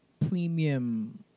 premium